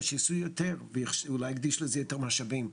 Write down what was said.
שיעשו יותר ואולי להקדיש לזה יותר משאבים,